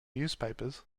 newspapers